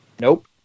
Nope